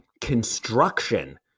construction